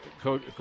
coach